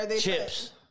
Chips